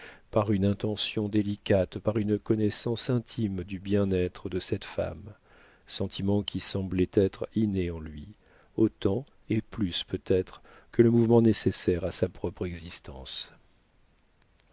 par une intention délicate par une connaissance intime du bien-être de cette femme sentiments qui semblaient être innés en lui autant et plus peut-être que le mouvement nécessaire à sa propre existence